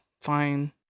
Fine